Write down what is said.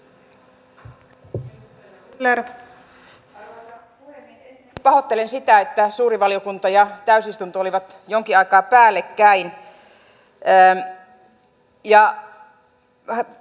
ensinnäkin pahoittelen sitä että suuri valiokunta ja täysistunto olivat jonkin aikaa päällekkäin